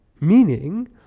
meaning